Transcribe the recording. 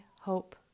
hope